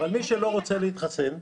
אבל מי שלא רוצה להתחסן,